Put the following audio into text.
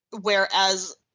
Whereas